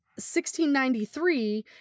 1693